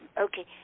okay